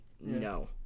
No